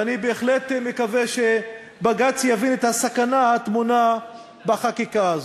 ואני בהחלט מקווה שבג"ץ יבין את הסכנה הטמונה בחקיקה הזאת.